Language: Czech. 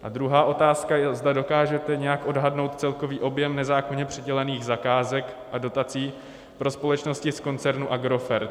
A druhá otázka je, zda dokážete nějak odhadnout celkový objem nezákonně přidělených zakázek a dotací pro společnosti z koncernu Agrofert.